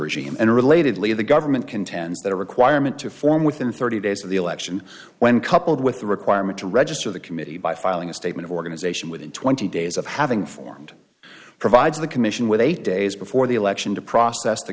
regime and relatedly the government contends that a requirement to form within thirty days of the election when coupled with the requirement to register the committee by filing a statement organization within twenty days of having formed provides the commission with eight days before the election to process the